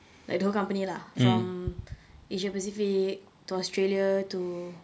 like the whole company lah from asia pacific to australia to